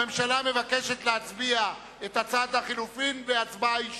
הממשלה מבקשת להצביע על הצעת החלופין בהצבעה אישית.